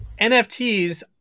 NFTs